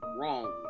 wrong